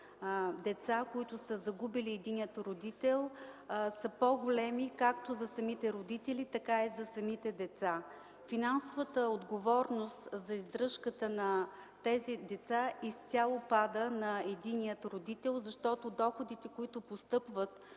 деца, които са загубили единия родител, са по-големи както за самите родители, така и за самите деца. Финансовата отговорност за издръжката на тези деца изцяло пада на единия родител, защото доходите, които постъпват